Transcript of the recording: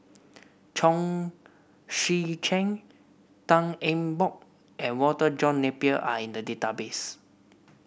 Chong Tze Chien Tan Eng Bock and Walter John Napier are in the database